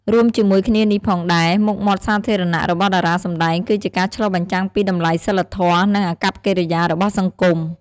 រួមជាមួយគ្នានេះផងដែរ មុខមាត់សាធារណៈរបស់តារាសម្ដែងគឺជាការឆ្លុះបញ្ចាំងពីតម្លៃសីលធម៌ និងអាកប្បកិរិយារបស់សង្គម។